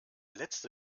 letzte